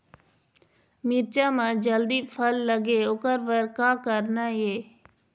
मिरचा म जल्दी फल लगे ओकर बर का करना ये?